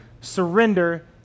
surrender